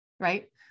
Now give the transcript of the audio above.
right